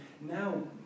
now